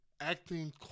acting